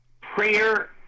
Prayer